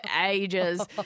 ages